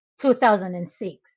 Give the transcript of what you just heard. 2006